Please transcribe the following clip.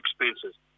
expenses